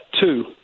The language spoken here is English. two